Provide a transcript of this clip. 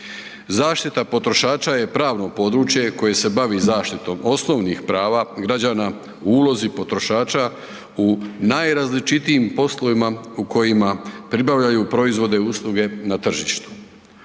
Zaštita potrošača je pravno područje koje se bavi zaštitom osnovnih prava građana u ulozi potrošača u najrazličitijim poslovima u kojima pribavljaju proizvode i usluge na tržištu.